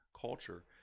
culture